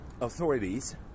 authorities